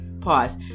pause